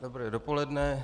Dobré dopoledne.